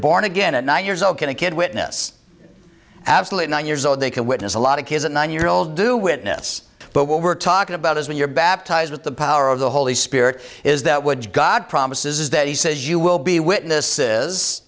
born again at nine years old can a kid witness absolute nine years old they can witness a lot of his nine year old do witness but what we're talking about is when you're baptized with the power of the holy spirit is that what god promises is that he says you will be witnesses